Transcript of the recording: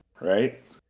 right